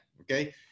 Okay